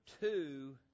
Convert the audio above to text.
two